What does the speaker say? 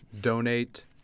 donate